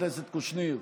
חבר הכנסת קושניר,